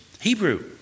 Hebrew